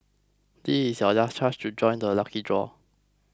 this is your last chance to join the lucky draw